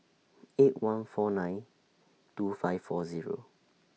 eight one four nine two five four Zero